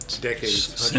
decades